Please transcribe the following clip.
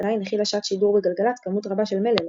עדיין הכילה שעת שידור בגלגלצ כמות רבה של מלל.